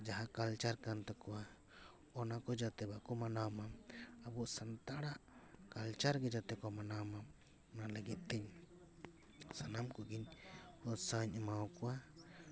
ᱡᱟᱦᱟᱸ ᱠᱟᱞᱪᱟᱨ ᱠᱟᱱ ᱛᱟᱠᱚᱣᱟ ᱚᱱᱟ ᱠᱚ ᱡᱟᱛᱮ ᱵᱟᱠᱚ ᱢᱟᱱᱟᱣ ᱢᱟ ᱟᱵᱚ ᱥᱟᱱᱛᱟᱲᱟᱜ ᱠᱟᱞᱪᱟᱨ ᱜᱮ ᱡᱟᱛᱮ ᱠᱚ ᱢᱟᱱᱟᱣ ᱢᱟ ᱚᱱᱟ ᱞᱟᱹᱜᱤᱫ ᱛᱮᱧ ᱥᱟᱱᱟᱢ ᱠᱚᱜᱮᱧ ᱩᱛᱥᱟᱦᱚᱹᱧ ᱮᱢᱟᱣᱟᱠᱚᱣᱟ